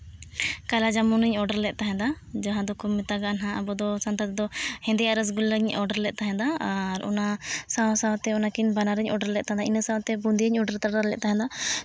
ᱠᱟᱞᱚ ᱡᱟᱹᱢᱩᱱᱮᱧ ᱚᱰᱟᱨ ᱞᱮᱫ ᱛᱟᱦᱮᱸ ᱫᱚ ᱡᱟᱦᱟᱸ ᱫᱚᱠᱚ ᱢᱮᱛᱟᱜᱼᱟ ᱱᱟᱦᱟᱜ ᱟᱵᱚ ᱥᱟᱱᱛᱟᱲ ᱛᱮᱫᱚ ᱦᱮᱸᱫᱮᱭᱟᱜ ᱨᱳᱥᱜᱚᱚᱞᱟᱧ ᱚᱰᱟᱨ ᱞᱮᱫ ᱛᱟᱦᱮᱸᱫ ᱫᱚ ᱟᱨ ᱚᱱᱟ ᱥᱟᱶ ᱥᱟᱶᱛᱮ ᱚᱱᱟᱠᱤᱱ ᱵᱟᱱᱟᱨ ᱤᱧ ᱚᱰᱟᱨ ᱞᱮᱫ ᱛᱟᱦᱮᱸ ᱫᱚ ᱤᱱᱟᱹ ᱥᱟᱶᱛᱮ ᱵᱩᱫᱤᱭᱟᱹ ᱚᱰᱟᱨ ᱛᱟᱨᱟ ᱞᱮᱫ ᱛᱟᱦᱮᱱ ᱫᱚ